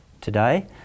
today